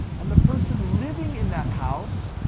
and the person living in that house,